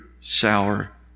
sour